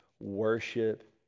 worship